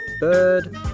Bird